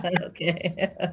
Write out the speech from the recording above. Okay